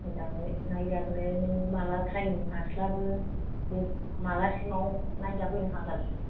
मोजाङै नायजानो माला टाइम हास्लाबो मालासिमाव नायजाफैनो हागोन